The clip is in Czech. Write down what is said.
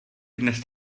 dnes